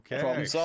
Okay